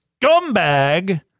scumbag